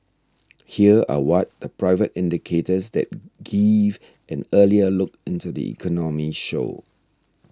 here are what the private indicators that give an earlier look into the economy show